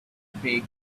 big